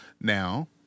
Now